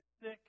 sick